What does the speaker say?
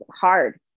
hard